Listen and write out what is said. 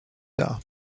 dar